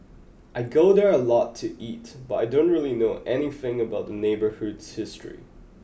I go there a lot to eat but I don't really know anything about the neighbourhood's history